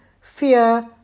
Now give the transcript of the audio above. fear